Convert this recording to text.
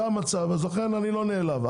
לכן אני לא נעלב.